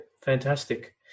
Fantastic